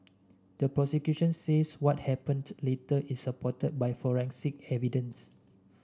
the prosecution says what happened later is supported by forensic evidence